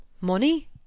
Money